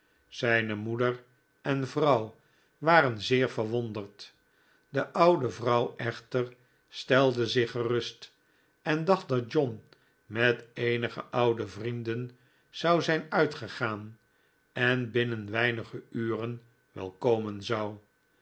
zijne moeder en vrouw waren zeer verwonderd de oude vrouw echter stelde zich gerust en dacht dat john met eenige oude vrienden zou zijn uitgegaan en binnen weinige uren wel komen zou